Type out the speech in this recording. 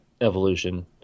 evolution